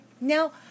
Now